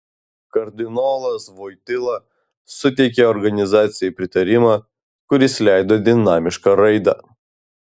kardinolas voityla suteikė organizacijai pritarimą kuris leido dinamišką raidą